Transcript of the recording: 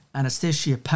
Anastasia